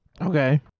Okay